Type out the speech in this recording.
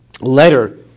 letter